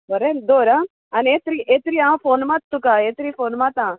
बरें दवर आनी एत्री येतरी हांव फोन मात तुका येतरी फोन मात आं